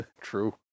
True